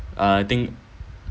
uh I think